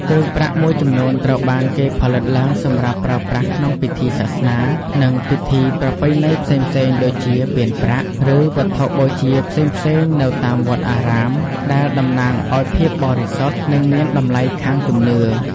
គ្រឿងប្រាក់មួយចំនួនត្រូវបានគេផលិតឡើងសម្រាប់ប្រើប្រាស់ក្នុងពិធីសាសនា និងពិធីប្រពៃណីផ្សេងៗ ដូចជាពានប្រាក់ ឬវត្ថុបូជាផ្សេងៗនៅតាមវត្តអារាម ដែលតំណាងឱ្យភាពបរិសុទ្ធ និងមានតម្លៃខាងជំនឿ។